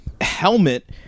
helmet